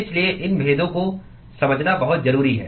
इसलिए इन भेदों को समझना बहुत जरूरी है